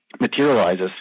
materializes